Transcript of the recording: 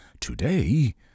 today